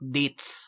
dates